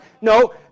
no